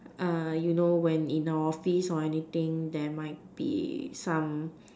err you know when in the office or anything there might be some